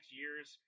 years